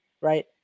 right